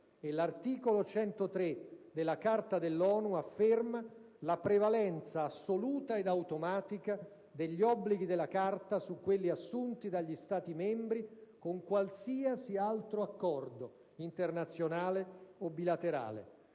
l'articolo 103 della Carta dell'ONU afferma la prevalenza assoluta ed automatica degli obblighi della Carta su quelli assunti dagli Stati membri con qualsiasi altro accordo, internazionale o bilaterale.